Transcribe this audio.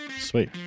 sweet